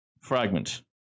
fragment